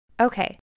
Okay